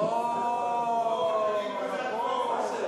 אוה, מברוכ.